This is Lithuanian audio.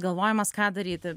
galvojimas ką daryti